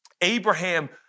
Abraham